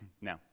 Now